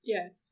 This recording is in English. Yes